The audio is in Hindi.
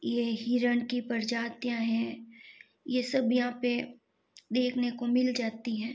ये हिरण की प्रजातियाँ हैं ये सब यहाँ पे देखने को मिल जाती हैं